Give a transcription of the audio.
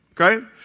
okay